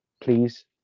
please